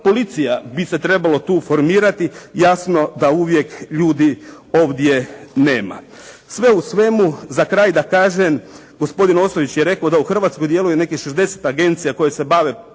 policija bi se trebala tu formirati. Jasno da uvijek ljudi ovdje nema. Sve u svemu za kraj da kažem, gospodin Ostojić je rekao da u Hrvatskoj djeluje nekih 60 agencija koje se bave kriminalom